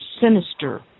sinister